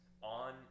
on